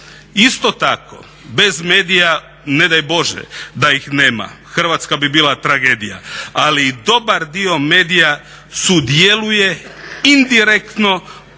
Isto tako, bez medija ne daj Bože da ih nema, Hrvatska bi bila tragedija ali dobar dio medija sudjeluje indirektno